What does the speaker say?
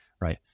right